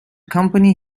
company